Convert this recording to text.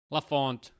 Lafont